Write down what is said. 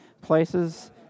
places